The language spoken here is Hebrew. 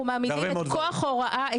אנחנו מעמידים את כוח ההוראה,